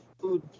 food